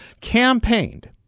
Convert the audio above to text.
campaigned